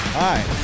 Hi